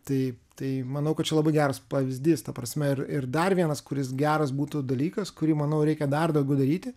tai tai manau kad čia labai geras pavyzdys ta prasme ir ir dar vienas kuris geras būtų dalykas kurį manau reikia dar daugiau daryti